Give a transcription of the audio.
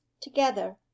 together